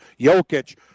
Jokic